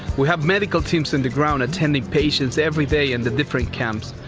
we have medical teams into ground-tending patients every day in the different camps.